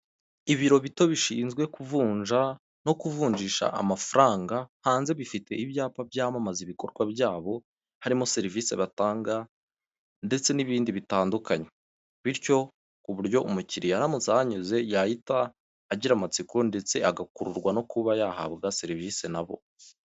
Ibiro bito bishinzwe kuvunja no kuvunjisha amafaranga, hanze bifite ibyapa byamamaza ibikorwa byabo, harimo serivisi batanga ndetse n'ibindi bitandukanye, bityo ku buryo umukiriya aramutse ahanyuze yahita agira amatsiko ndetse agakururwa no kuba yahabwa serivisi na bo.